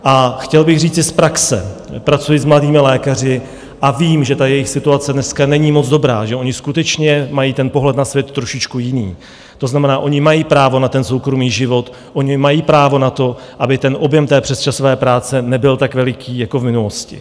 A chtěl bych říci z praxe, pracuji s mladými lékaři a vím, že jejich situace dneska není moc dobrá, že oni skutečně mají pohled na svět trošičku jiný, to znamená, oni mají právo na soukromý život, oni mají právo na to, aby objem té přesčasové práce nebyl tak veliký jako v minulosti.